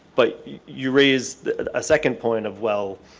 but you raised a second point of well,